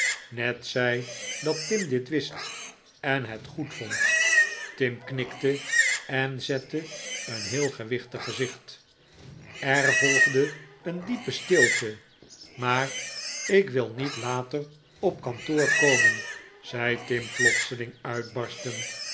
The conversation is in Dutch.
ned zei dat tim dit wist en het goedvond tim knikte en zette een heel gewichtig gezicht er volgde een diepe stilte maar ik wil niet later op kantoor komen zei tim plotseling uitbarstend